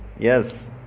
Yes